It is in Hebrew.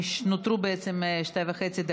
נותרו בעצם שתי דקות וחצי.